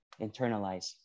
internalize